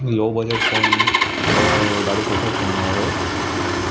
लो budget phone हुओ ॾाढो सुठो फ़ोन हुओ उहो